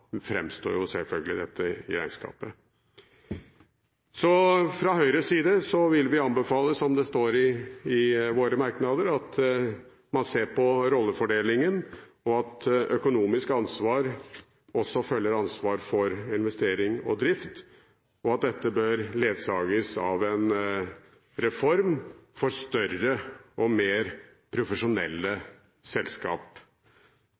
framstår dette selvfølgelig i regnskapet. Fra Høyres side vil vi, som det står i våre merknader, anbefale at man ser på rollefordelingen, og at økonomisk ansvar også følger ansvar for investering og drift, og at dette bør ledsages av en reform for større og